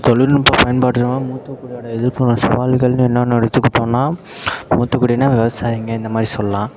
தொழில்நுட்பம் பயன்பாட்டுனால் மூத்தக் குடியோடு எதிர்கொள்கிற சாவல்கள்னு என்னென்னு எடுத்துக்கிட்டோன்னால் மூத்தக் குடினால் விவசாயிங்கள் இந்த மாதிரி சொல்லலாம்